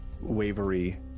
wavery